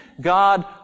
God